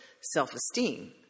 self-esteem